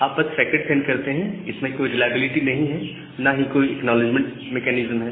आप बस packet send करते हैं इसमें कोई रिलायबिलिटी नहीं है और ना ही कोई एक्नॉलेजमेंट मेकैनिज्म है